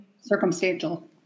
Circumstantial